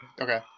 Okay